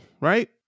right